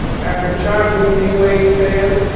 after charging the waist fan,